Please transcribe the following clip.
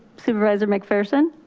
supervisor mcpherson?